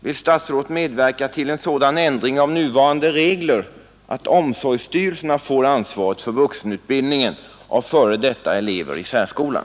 Vill statsrådet medverka till sådan ändring av nuvarande regler att omsorgsstyrelserna får ansvar för vuxenutbildning av f.d. elever i särskolan?